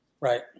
Right